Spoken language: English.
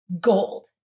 gold